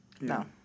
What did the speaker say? No